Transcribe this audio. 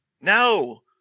No